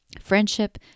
friendship